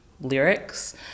lyrics